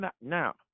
Now